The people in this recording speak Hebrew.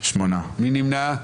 2 נמנעים.